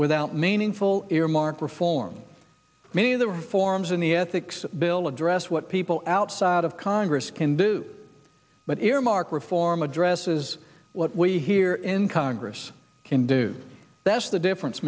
without meaningful earmark reform many of the reforms in the ethics bill address what people outside of congress can do but earmark reform addresses what we here in congress can do that's the difference